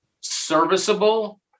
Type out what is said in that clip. serviceable